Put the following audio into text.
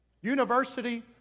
University